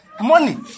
Money